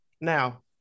Now